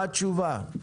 מה התשובה?